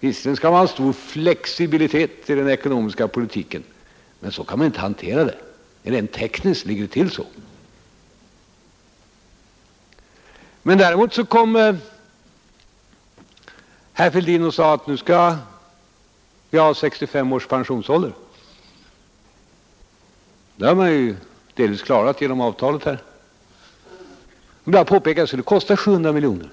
Visserligen skall det vara en stor flexibilitet i den ekonomiska politiken, men så kan man inte hantera den. Rent tekniskt ligger det till så. Däremot sade herr Fälldin att nu skall vi ha 65 års pensionsålder. Det har man ju delvis klarat genom avtalet här. Men jag påpekar att det skulle kosta 700 miljoner,